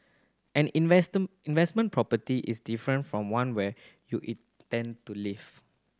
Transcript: an investment property is different from one where you intend to live